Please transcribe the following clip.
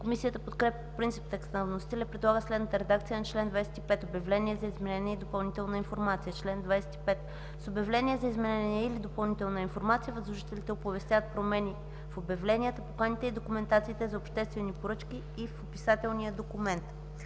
Комисията подкрепя по принцип текста на вносителя и предлага следната редакция на чл. 25: „Обявление за изменение или допълнителна информация Чл. 25. С обявление за изменение или допълнителна информация възложителите оповестяват промени в обявленията, поканите и документациите за обществени поръчки и в описателния документ.”